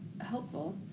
helpful